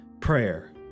prayer